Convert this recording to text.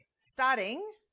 starting